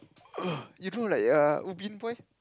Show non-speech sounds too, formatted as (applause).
(noise) you know like err Ubin Boy